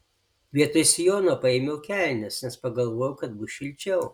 vietoj sijono paėmiau kelnes nes pagalvojau kad bus šilčiau